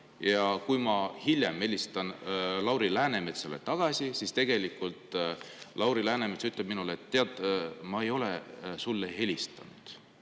ja ma hiljem helistan Lauri Läänemetsale tagasi, siis Lauri Läänemets ütleb minule, et tead, ma ei ole sulle helistanud.